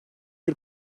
bir